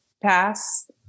pass